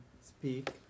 speak